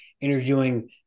interviewing